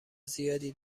زیادی